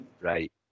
Right